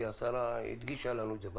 כי השרה הדגישה לנו את זה בהתחלה.